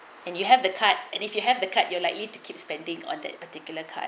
and you have the type and if you have the card you are likely to keep spending on that particular card